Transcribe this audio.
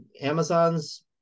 Amazon's